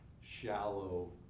shallow